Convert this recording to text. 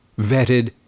Vetted